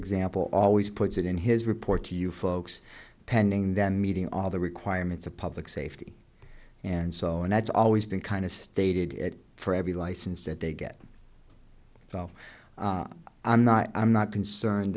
example always puts it in his report to you folks pending then meeting all the requirements of public safety and so and that's always been kind of stated it for every license that they get so i'm not i'm not concerned